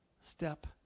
step